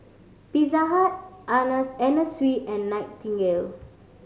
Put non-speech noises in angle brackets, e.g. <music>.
Pizza Hut <unintelligible> Anna Sui and Nightingale